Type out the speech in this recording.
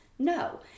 No